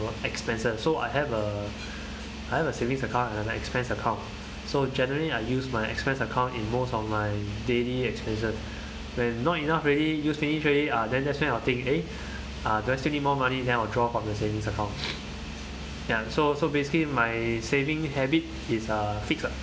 expenses so I have a I have a savings account and an expense account so generally I use my expense account in most of my daily expenses when not enough already use finish already ah then that's when I'll think eh do I still need more money then I'll draw from the savings account ya so so basically my saving habit is uh fixed lah